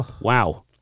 Wow